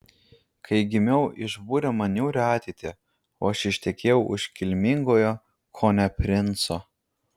kai gimiau išbūrė man niūrią ateitį o aš ištekėjau už kilmingojo kone princo